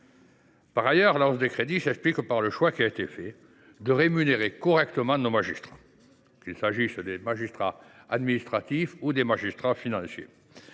raisonnables. La hausse des crédits s’explique par ailleurs par le choix qui a été fait de rémunérer correctement nos magistrats, qu’il s’agisse des magistrats administratifs ou des magistrats financiers,